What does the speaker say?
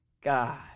God